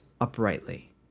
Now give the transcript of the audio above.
uprightly